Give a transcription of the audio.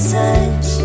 touch